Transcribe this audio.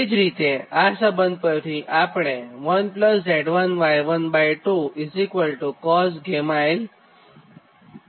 તે જ રીતે આ સંબંધ પરથી આપણે 1 Z1Y12 cosh 𝛾𝑙 થાય